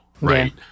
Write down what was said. right—